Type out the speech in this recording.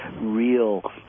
real